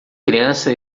criança